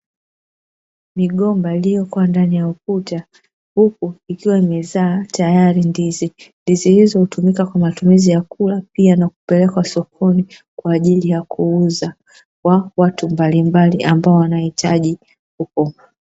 Migomba iliyokuwa ndani ya ukut,a huku ikiwa imezaa tayari ndizi, ndizi hizo hutumika kwa matumizi ya kula pia na kupelekwa sokoni kwa ajili ya kuuza, wako watu mbalimbali ambao wanahitaji huko.